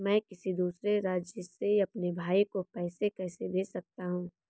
मैं किसी दूसरे राज्य से अपने भाई को पैसे कैसे भेज सकता हूं?